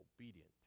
obedient